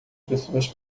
pessoas